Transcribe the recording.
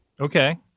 Okay